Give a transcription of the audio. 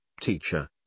Teacher